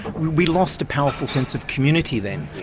we we lost a powerful sense of community then.